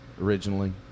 originally